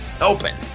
open